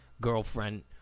girlfriend